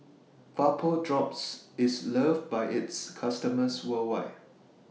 Vapodrops IS loved By its customers worldwide